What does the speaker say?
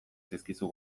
zaizkizu